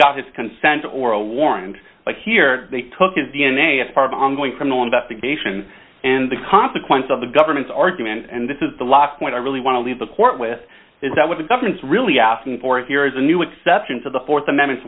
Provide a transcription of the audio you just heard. got his consent or a warrant like here they took his d n a as part ongoing criminal investigation and the consequence of the government's argument and this is the lock point i really want to leave the court with is that what the government's really asking for here is a new exception to the th amendment